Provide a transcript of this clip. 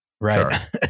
right